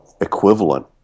equivalent